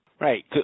Right